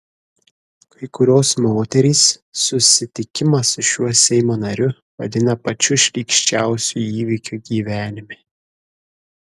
kai kurios moterys susitikimą su šiuo seimo nariu vadina pačiu šlykščiausiu įvykiu gyvenime